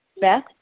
Beth